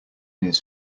his